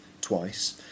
twice